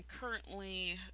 currently